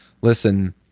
listen